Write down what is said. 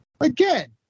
Again